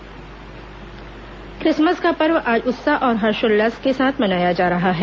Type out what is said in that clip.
Christmas Christmas का पर्व आज उत्साह और हर्षोल्लास से मनाया जा रहा है